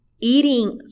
eating